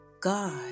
God